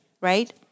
Right